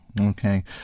Okay